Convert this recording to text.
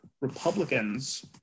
Republicans